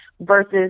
versus